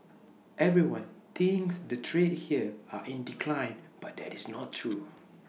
everyone thinks the trade here are in decline but that is not true